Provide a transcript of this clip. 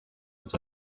cya